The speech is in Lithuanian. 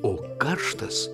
o karštas